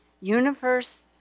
universe